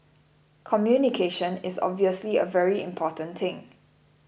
communication is obviously a very important thing